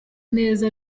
neza